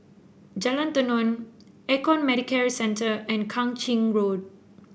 Jalan Tenon Econ Medicare Centre and Kang Ching Road